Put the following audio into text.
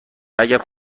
اگر